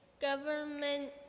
government